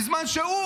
בזמן שהוא,